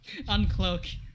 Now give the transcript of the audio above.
uncloak